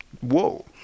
whoa